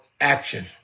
action